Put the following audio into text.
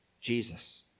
Jesus